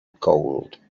cold